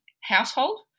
household